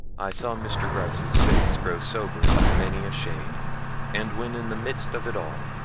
i saw mr. gryce's face grow sober by many a shade and when in the midst of it all,